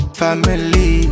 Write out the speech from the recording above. family